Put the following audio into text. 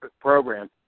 program